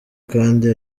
kandi